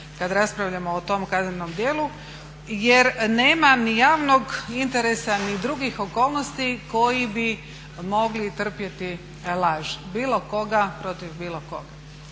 kad raspravljamo o tom kaznenom djelu jer nema ni javnog interesa ni drugih okolnosti koji bi mogli trpjeti laži bilo koga protiv bilo koga.